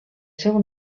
seu